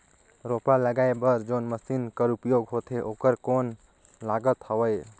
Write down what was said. रोपा लगाय बर जोन मशीन कर उपयोग होथे ओकर कौन लागत हवय?